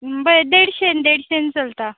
बरें देडशें देडशेन चलता